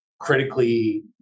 critically